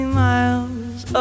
miles